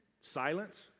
silence